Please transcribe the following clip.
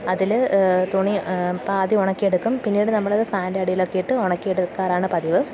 അതില് തുണി ഇപ്പോള് ആദ്യം ഉണക്കിയെടുക്കും പിന്നീട് നമ്മളത് ഫാനിന്രെ അടിയിലൊക്കെ ഇട്ട് ഉണക്കിയെടുക്കാറാണു പതിവ്